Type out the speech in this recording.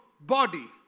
body